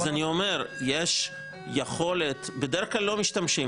אני אומר שיש יכולת אבל בדרך-כלל לא משתמשים